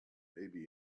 maybe